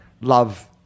love